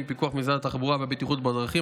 בפיקוח משרד התחבורה והבטיחות בדרכים,